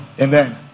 Amen